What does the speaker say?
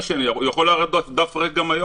גם היום הוא יכול להראות דף ריק.